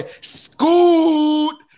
Scoot